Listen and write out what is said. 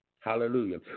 Hallelujah